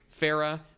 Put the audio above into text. Farah